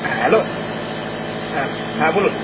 হ্যাঁ হ্যালো হ্যাঁ হ্যাঁ বলুন